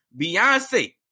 Beyonce